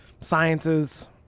sciences